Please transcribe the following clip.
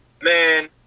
Man